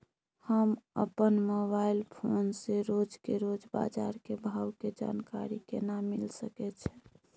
हम अपन mobile phone से रोज के रोज बाजार के भाव के जानकारी केना मिल सके छै?